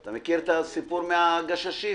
אתה מכיר את הסיפור של "הגשש החיוור"?